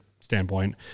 standpoint